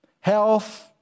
health